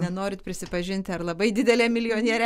nenorit prisipažinti ar labai didelė milijonierė